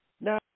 Now